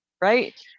Right